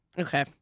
Okay